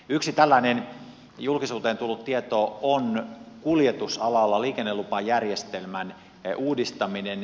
yksi tällainen julkisuuteen tullut tieto on kuljetusalalla liikennelupajärjestelmän uudistaminen